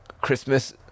Christmas